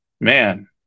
man